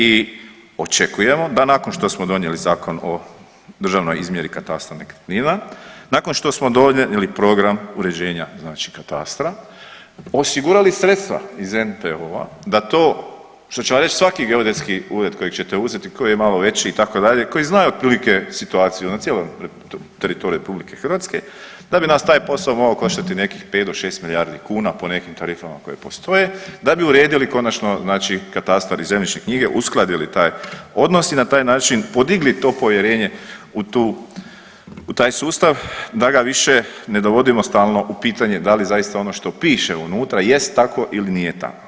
I očekujemo da nakon što smo donijeli Zakon o državnoj izmjeri i katastra nekretnina, nakon što smo donijeli program uređenja katastra osigurali sredstva iz NPO-a da to što će radit svaki geodetski ured kojeg ćete uzeti koji je malo veći itd. koji znaju otprilike situaciju na cijelom teritoriju RH da bi nas taj posao mogao koštati nekih pet do šest milijardi kuna po nekim tarifama koje postoje, da bi uredili konačno katastar i zemljišne knjige, uskladili taj odnos i na taj način podigli to povjerenje u taj sustav da ga više ne dovodimo stalno u pitanje da li zaista ono što piše unutra jest tako ili nije tako.